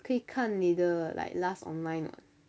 可以看你的 like last online [what]